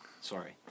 Sorry